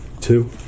Two